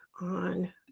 on